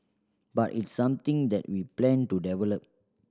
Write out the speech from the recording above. but it's something that we plan to develop